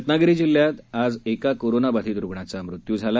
रत्नागिरी जिल्ह्यात आज एका कोरोनाबाधित रुग्णाचा मृत्यू झाला